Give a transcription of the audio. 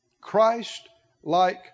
Christ-like